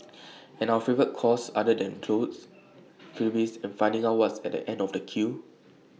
and our favourite cause other than clothes freebies and finding out what's at the end of A queue